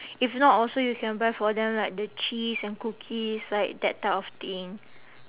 if not also you can buy for them like the cheese and cookies like that type of thing